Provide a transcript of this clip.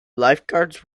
lifeguards